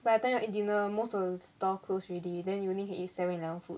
by the time you want eat dinner most of the store closed already then you only can eat seven eleven food